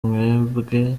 mwebwe